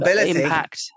impact